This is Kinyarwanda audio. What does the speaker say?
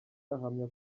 ahamya